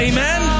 Amen